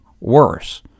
worse